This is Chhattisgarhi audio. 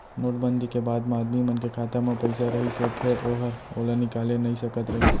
नोट बंदी के बाद म आदमी मन के खाता म पइसा रहिस हे फेर ओहर ओला निकाले नइ सकत रहिस